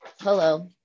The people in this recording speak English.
Hello